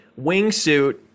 wingsuit